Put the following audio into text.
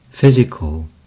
physical